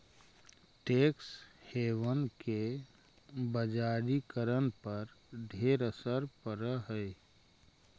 tax haven के बजारिकरण पर ढेर असर पड़ हई